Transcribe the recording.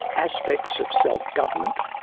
aspects of self government,